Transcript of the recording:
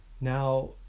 now